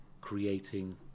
creating